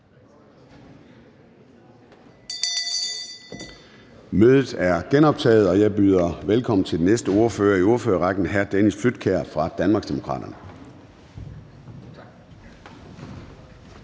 Mødet er genoptaget. Jeg byder velkommen til den næste ordfører i ordførerrækken, og det er hr. Dennis Flydtkjær fra Danmarksdemokraterne.